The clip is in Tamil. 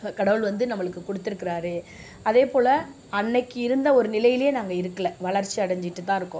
கடவுள் வந்து நம்மளுக்கு கொடுத்துருக்குறாரு அதேபோல் அன்னைக்கு இருந்த ஒரு நிலையிலேயே நாங்கள் இருக்கல வளர்ச்சி அடைஞ்சிட்டு தான் இருக்கோம்